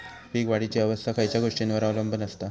पीक वाढीची अवस्था खयच्या गोष्टींवर अवलंबून असता?